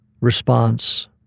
response